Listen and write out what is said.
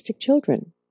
children